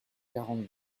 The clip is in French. quarante